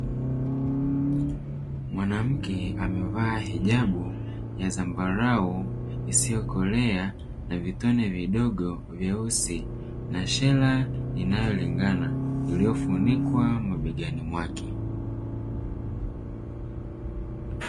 Mwanamke amevaa hijabu ya zambarau isiyokolea na vitone vidogo vyeusi na shela inayolingana iliyofunikwa mabegani mwake.